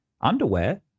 Underwear